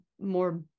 more